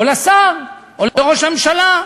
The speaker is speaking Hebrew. לשר או לראש הממשלה.